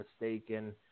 mistaken